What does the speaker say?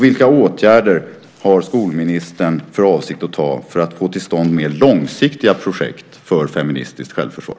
Vilka åtgärder har skolministern för avsikt att vidta för att få till stånd mer långsiktiga projekt för feministiskt självförsvar?